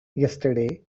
yesterday